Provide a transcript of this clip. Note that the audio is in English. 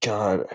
God